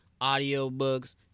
audiobooks